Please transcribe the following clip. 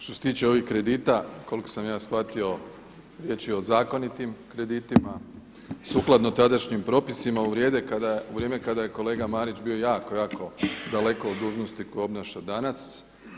Što se tiče ovih kredita, koliko sam ja shvatio riječ je o zakonitim kreditima, sukladno tadašnjim propisima u vrijeme kada je kolega Marić bio jako, jako daleko od dužnosti koju obnaša danas.